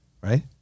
right